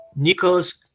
Nikos